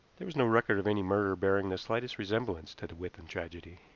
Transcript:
there was no record of any murder bearing the slightest resemblance to the withan tragedy.